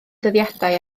dyddiadau